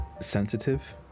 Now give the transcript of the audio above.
sensitive